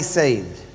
saved